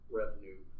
revenue